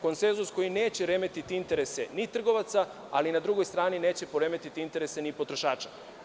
Konsenzus koji neće remetiti interese ni trgovaca, ali, na drugoj strani, neće poremetiti interese ni potrošača.